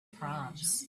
proms